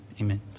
amen